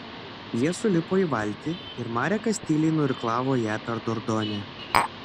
jie sulipo į valtį ir marekas tyliai nuirklavo ją per dordonę